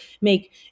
make